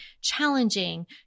challenging